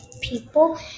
people